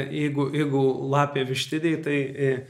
jeigu jeigu lapė vištidėj tai